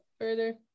further